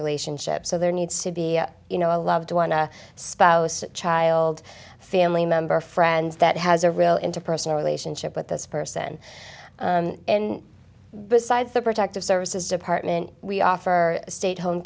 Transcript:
relationships so there needs to be you know a loved one a spouse child family member friends that has a real interpersonal relationship with this person and besides the protective services department we offer our state home